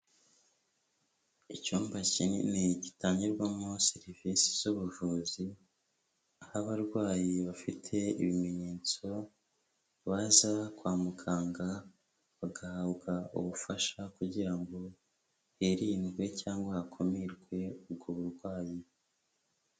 Icyumba kinini gitangirwamo serivise z'ubuvuzi, aho abarwayi bafite ibimenyetso, baza kwa muganga bagahabwa ubufasha, kugira ngo hirindwe cyangwa hakumirwe ubwo burwayi.